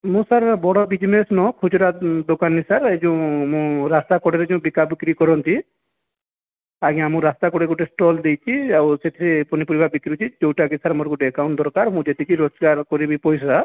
ମୁଁ ସାର୍ ବଡ଼ ବିଜ୍ନେସ୍ ନୁହଁ ଖୁଚୁରା ଦୋକାନୀ ସାର୍ ଏ ଯୋଉଁ ମୁଁ ରାସ୍ତା କଡ଼ରେ ଯୋଉ ବିକାବୁକି କରନ୍ତି ଆଜ୍ଞା ମୁଁ ରାସ୍ତା କଡ଼େ ଗୋଟେ ଷ୍ଟଲ୍ ଦେଇଛି ଆଉ ସେଥିରେ ପନିପରିବା ବିକୁଛି ଯୋଉଟା କି ସାର୍ ମୋର ଗୋଟେ ଆକାଉଣ୍ଟ୍ ଦରକାର୍ ମୁଁ ଯେତିକି ରୋଜଗାର କରିବି ପଇସା